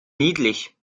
niedlich